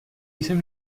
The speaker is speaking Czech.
jsem